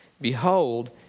Behold